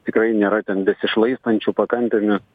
tikrai nėra ten besišlaistančių pakampėmis